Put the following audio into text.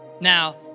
Now